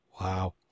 Wow